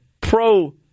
pro